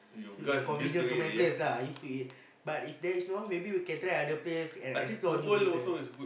since it's convenient to my place lah I used to it but if there is no maybe we can try other place and explore new places